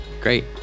Great